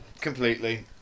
Completely